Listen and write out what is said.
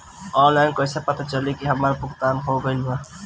Online कईसे पता चली की हमार भुगतान हो गईल बा?